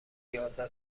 یازده